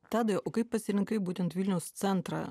tadai o kaip pasirinkai būtent vilniaus centrą